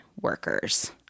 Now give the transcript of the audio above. workers